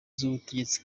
z’ubutegetsi